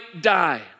die